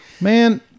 Man